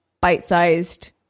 bite-sized